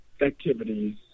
activities